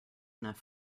enough